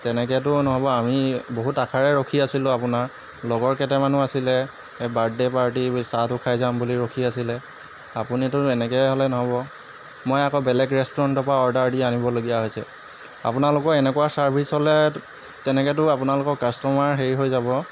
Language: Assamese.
তেনেকৈতো নহ'ব আমি বহুত আশাৰে ৰখি আছিলো আপোনাৰ লগৰ কেইটামানো আছিলে বাৰ্থডে' পাৰ্টি চাহটো খাই যাম বুলি ৰখি আছিলে আপুনিটো এনেকৈ হ'লে নহ'ব মই আকৌ বেলেগ ৰেষ্টুৰেণ্টৰ পৰা অৰ্ডাৰ দি আনিবলগীয়া হৈছে আপোনালোকৰ এনেকুৱা ছাৰ্ভিচ হ'লে তেনেকৈতো আপোনালোকৰ কাষ্টমাৰ হেৰি হৈ যাব